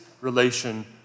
relation